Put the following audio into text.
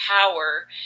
power